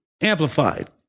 amplified